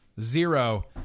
Zero